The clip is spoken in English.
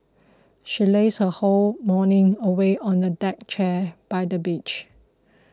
she lazed her whole morning away on a deck chair by the beach